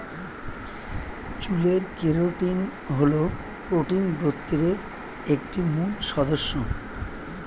চুলের কেরাটিন হল প্রোটিন গোত্রের একটি মূল সদস্য